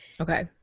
Okay